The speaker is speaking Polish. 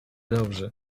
dobrzy